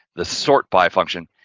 the sort by function.